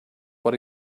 what